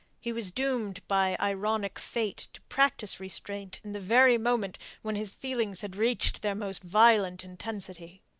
he was doomed by ironic fate to practise restraint in the very moment when his feelings had reached their most violent intensity.